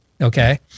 okay